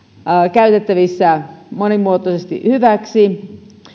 käytettävissä monimuotoisesti hyväksi